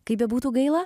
kaip bebūtų gaila